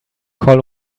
call